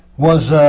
was